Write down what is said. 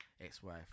ex-wife